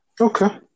Okay